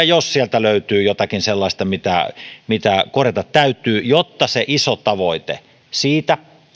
jos sieltä löytyy jotakin sellaista mitä mitä täytyy korjata koska on se iso tavoite siitä